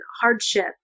hardship